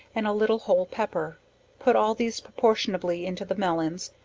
and a little whole pepper put all these proportionably into the melons,